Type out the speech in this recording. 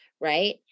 Right